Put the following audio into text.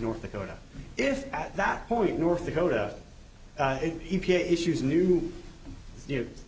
north dakota if at that point north dakota e p a issues new